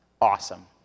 awesome